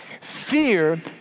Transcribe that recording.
Fear